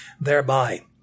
thereby